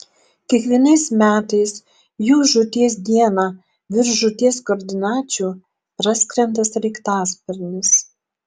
kiekvienais metais jų žūties dieną virš žūties koordinačių praskrenda sraigtasparnis